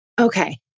Okay